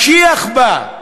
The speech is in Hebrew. משיח בא.